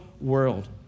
world